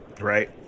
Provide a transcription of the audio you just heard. Right